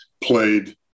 played